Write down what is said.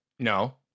No